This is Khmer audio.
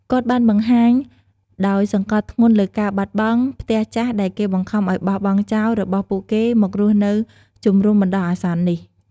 គាត់បានបង្ហាញដោយសង្កត់ធ្ងន់លើការបាត់បង់ "ផ្ទះចាស់ដែលគេបង្ខំឲ្យបោះបង់ចោល" របស់ពួកគេមករស់នៅជំរុំបណ្តោះអាសន្ននេះ។